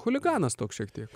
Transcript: chuliganas toks šiek tiek